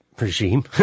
regime